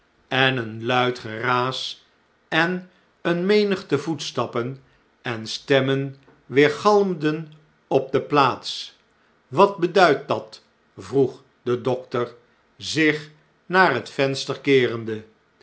en een luid geraas en eene menigte voetstappen en stemmen weergalmden op de plaats wat beduidt dat vroeg de dokter zich naar het venster keerende